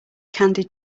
candied